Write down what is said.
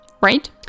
right